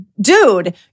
dude